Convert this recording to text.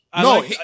No